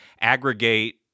aggregate